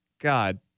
God